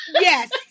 Yes